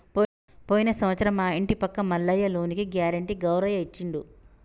పోయిన సంవత్సరం మా ఇంటి పక్క మల్లయ్య లోనుకి గ్యారెంటీ గౌరయ్య ఇచ్చిండు